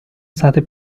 usate